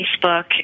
Facebook